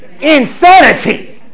insanity